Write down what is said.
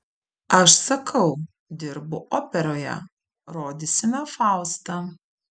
aš sakau dirbu operoje rodysime faustą